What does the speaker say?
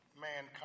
mankind